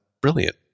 brilliant